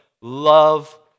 love